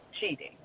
cheating